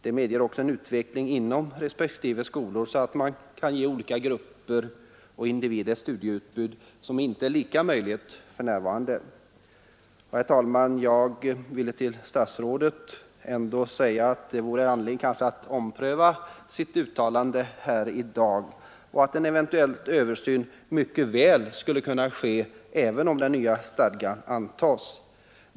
Det medger också en utveckling inom respektive skolor så att man kan ge olika grupper och individer ett studieutbud som det inte är lika lätt att ge för närvarande. Herr talman! Jag vill till statsrådet ändå säga att det kanske vore anledning att ompröva uttalandet här i dag. En eventuell översyn skulle mycket väl kunna ske även om den nya stadgan antas.